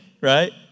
right